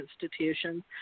institutions